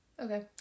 Okay